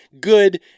good